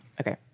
Okay